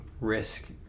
risk